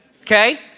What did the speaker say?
okay